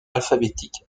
alphabétique